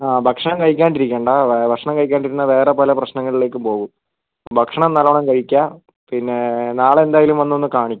ആ ഭക്ഷണം കഴിക്കാണ്ട് ഇരിക്കണ്ട ഭക്ഷണം കഴിക്കാണ്ടിരുന്നാൽ വേറെ പല പ്രശ്നങ്ങളിലേക്കും പോവും ഭക്ഷണം നല്ലോണം കഴിക്കുക പിന്നെ നാളെ എന്തായാലും വന്ന് ഒന്ന് കാണിക്ക്